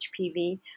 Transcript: HPV